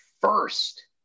first